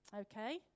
okay